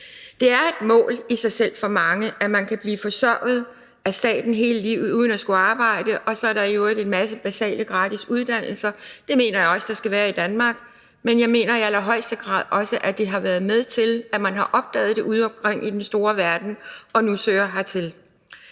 Det er et mål i sig selv for mange, at man kan blive forsørget af staten hele livet uden at skulle arbejde, og så er der jo i øvrigt en masse basale gratis uddannelser. Det mener jeg også der skal være i Danmark, men jeg mener i allerhøjeste grad også, at det har været med til, at man har opdaget det udeomkring i den store verden og nu søger hertil.